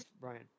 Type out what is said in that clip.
Brian